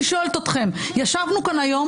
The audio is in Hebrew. אני שואלת אתכם, ישבנו כאן היום